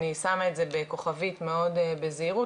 אני שמה את זה בכוכבית מאוד בזהירות,